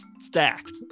stacked